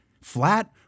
Flat